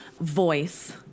voice